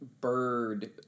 bird